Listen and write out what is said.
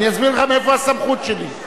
אני אסביר לך מאיפה הסמכות שלי.